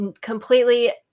completely